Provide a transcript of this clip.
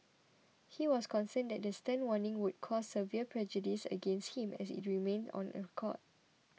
he was concerned that the stern warning would cause severe prejudice against him as it remained on record